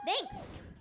thanks